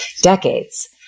decades